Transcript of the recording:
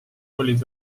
olid